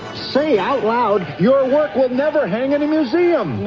say out loud, your work will never hang in a museum.